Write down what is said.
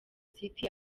city